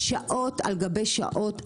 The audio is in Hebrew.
שעות על גבי שעות,